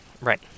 Right